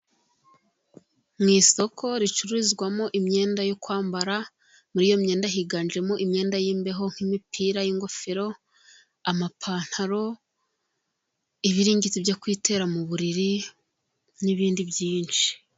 Mu isoko ricuruzwamo imyenda yo kwambara, muri iyo myenda higanjemo imyenda y'imbeho nk'imipira y'ingofero, amapantaro, ibiringiti byo kwitera mu buriri nibindi byinshi.